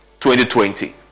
2020